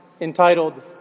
entitled